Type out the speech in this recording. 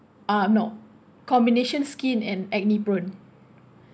uh no combination skin and acne prone